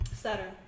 Saturn